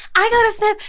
i go to smith,